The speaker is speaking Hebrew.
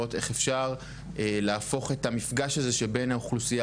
ולראות איך אפשר להפוך את המפגש הזה שבין האוכלוסייה